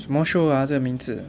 什么 show ah 这个名字